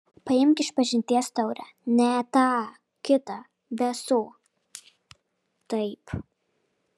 paimk išpažinties taurę ne tą kitą be ąsų taip